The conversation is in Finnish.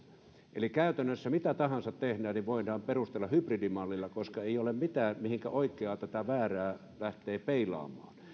eli mitä tahansa tehdään sitä voidaan käytännössä perustella hybridimallilla koska ei ole mitään mihinkä oikeata tai väärää lähtee peilaamaan